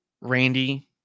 Randy